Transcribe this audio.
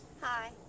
hi